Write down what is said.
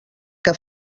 que